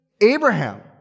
Abraham